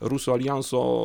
rusų aljanso